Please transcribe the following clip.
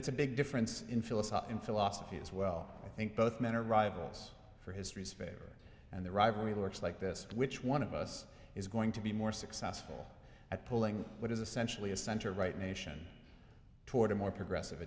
it's a big difference in philosophic in philosophy as well i think both men are rivals for history's favorite and the rivalry works like this which one of us is going to be more successful at pulling what is essentially a center right nation toward a more progressive